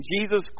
Jesus